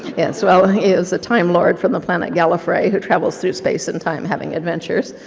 yes well, he is a time lord from the planet galfray who travels through space in time, having adventures,